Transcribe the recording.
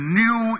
new